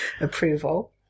approval